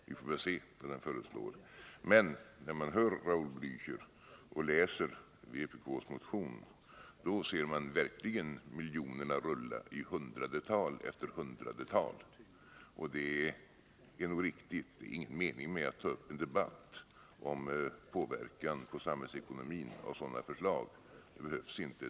Vi får väl se vad den föreslår. Men när man hör Raul Blächer och läser vpk:s motion ser man verkligen miljonerna rulla hundratal efter hundratal. Det är nog inte någon riktig mening med att ta upp en debatt om sådana förslags inverkan på samhällsekonomin. Det behövs inte.